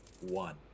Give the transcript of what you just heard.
One